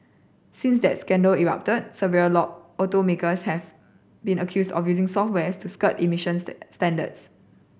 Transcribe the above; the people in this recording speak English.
since that scandal erupted several law automakers have been accused of using software to skirt emissions standards